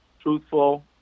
truthful